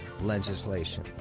legislation